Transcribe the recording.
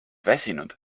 väsinud